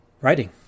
writing